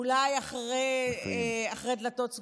אולי מאחורי דלתות סגורות,